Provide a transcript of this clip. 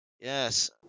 Yes